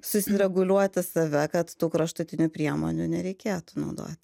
susireguliuoti save kad tų kraštutinių priemonių nereikėtų naudoti